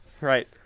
Right